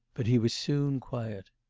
but he was soon quiet.